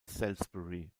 salisbury